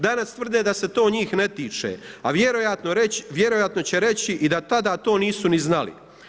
Danas tvrde da se to njih ne tiče, a vjerojatno će reći i da tada to nisu ni znali.